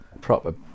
proper